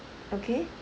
okay